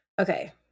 Okay